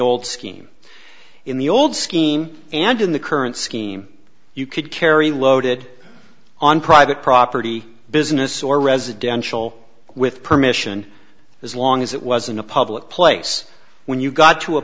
scheme in the old scheme and in the current scheme you could carry loaded on private property business or residential with permission as long as it was in a public place when you got to a